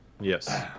Yes